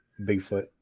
Bigfoot